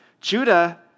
Judah